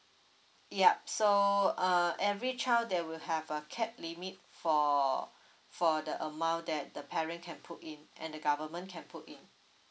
yup so uh every child there will have a cap limit for for the amount that the parent can put in and the government can put it